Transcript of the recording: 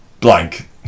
blank